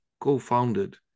co-founded